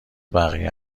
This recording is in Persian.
بقیه